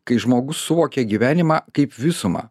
kai žmogus suvokia gyvenimą kaip visumą